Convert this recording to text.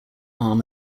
arm